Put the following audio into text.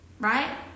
right